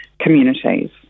communities